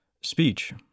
speech